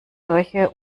solche